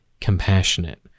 compassionate